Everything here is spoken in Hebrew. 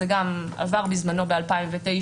זה עבר בזמנו ב-2009,